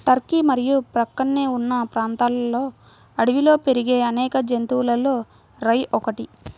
Turkey మరియు ప్రక్కనే ఉన్న ప్రాంతాలలో అడవిలో పెరిగే అనేక జాతులలో రై ఒకటి